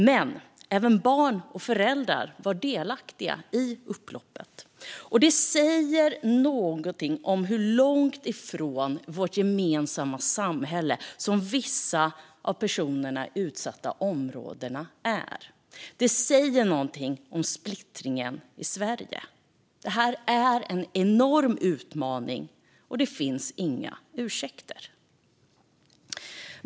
Men även barn och föräldrar har varit delaktiga i upploppen, och det säger något om hur långt ifrån vårt gemensamma samhälle som vissa av personerna i utsatta områden är. Vidare säger det någonting om splittringen i Sverige. Det här är en enorm utmaning, och det finns inga ursäkter.